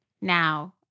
Now